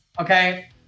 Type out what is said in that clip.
okay